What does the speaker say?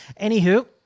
Anywho